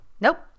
Nope